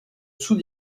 sous